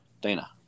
Dana